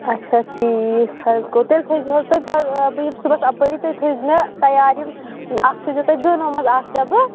اَچھا ٹھیٖک حظ گوٚو تیٚلہِ تھٲوزیٚو حظ تُہۍ پگاہ بہٕ یِمہٕ صُبَحس اَپٲری تُہۍ تھٲوزیٚو یہِ تَیار یِم اَکھ تھٲوزیٚو تُہۍ دٲنو منٛزٕ اکھ ڈَبہٕ